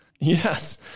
Yes